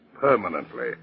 permanently